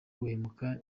guhemuka